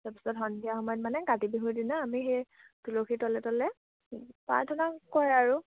তাৰপিছত সন্ধিয়া সময়ত মানে কাতি বিহুৰ দিনা আমি সেই তুলসী তলে তলে প্ৰাৰ্থনা কৰে আৰু